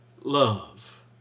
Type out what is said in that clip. love